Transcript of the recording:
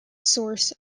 source